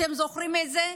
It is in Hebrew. אתם זוכרים את זה?